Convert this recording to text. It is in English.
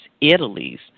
Italy's